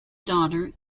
daughter